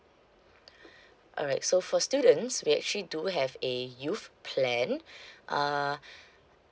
alright so for students we actually do have a youth plan uh